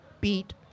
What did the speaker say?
beat